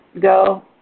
go